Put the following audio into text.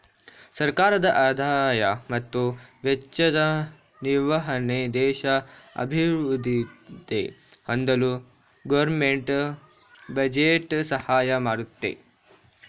ಸರ್ಕಾರದ ಆದಾಯ ಮತ್ತು ವೆಚ್ಚ ನಿರ್ವಹಣೆ ದೇಶ ಅಭಿವೃದ್ಧಿ ಹೊಂದಲು ಗೌರ್ನಮೆಂಟ್ ಬಜೆಟ್ ಸಹಾಯ ಮಾಡುತ್ತೆ